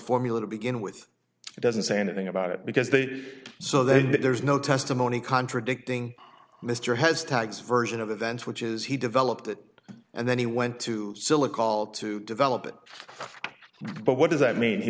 formula to begin with it doesn't say anything about it because they so there's no testimony contradicting mr has tags version of events which is he developed it and then he went to silicon all to develop it but what does that mean he